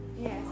Yes